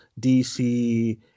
DC